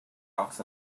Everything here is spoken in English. box